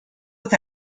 with